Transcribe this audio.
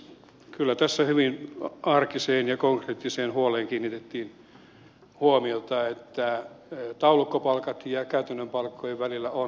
kyllä tässä hyvin arkiseen ja konkreettiseen huoleen kiinnitettiin huomiota että taulukkopalkkojen ja käytännön palkkojen välillä on ero